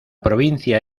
provincia